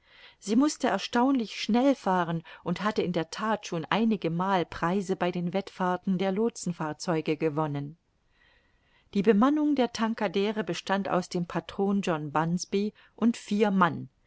sie mußte erstaunlich schnell fahren und hatte in der that schon einigemal preise bei den wettfahrten der lootsenfahrzeuge gewonnen die bemannung der tankadere bestand aus dem patron john bunsby und vier mann